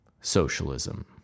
socialism